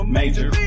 major